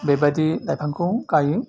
बे बायदि लाइफांखौ गायो